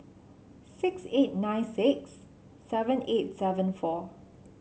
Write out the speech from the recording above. six eight nine six seven eight seven four